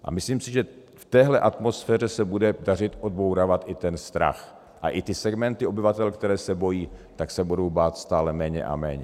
A myslím si, že v téhle atmosféře se bude dařit odbourávat i ten strach a i ty segmenty obyvatel, které se bojí, tak se budou bát stále méně a méně.